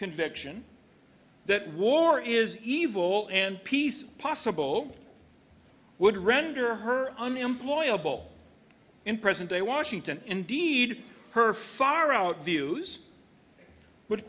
conviction that war is evil and peace possible would render her unemployable in present day washington indeed her far out views